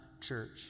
church